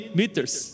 meters